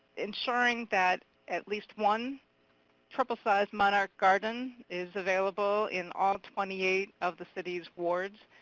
ensuring that at least one triple-size monarch garden is available in all twenty eight of the city's wards.